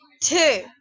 two